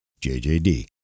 JJD